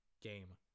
game